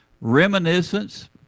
Reminiscence